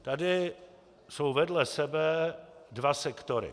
Tady jsou vedle sebe dva sektory.